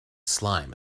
slime